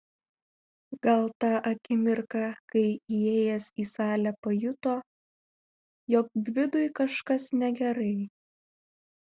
gal tą akimirką kai įėjęs į salę pajuto jog gvidui kažkas negerai